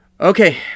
Okay